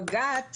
בג"צ